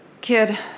Kid